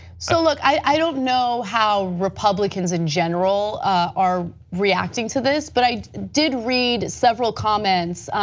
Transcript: so like i don't know how republicans in general are reacting to this, but i did read several comments,